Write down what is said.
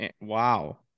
Wow